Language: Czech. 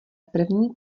první